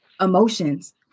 emotions